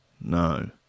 No